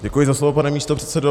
Děkuji za slovo, pane místopředsedo.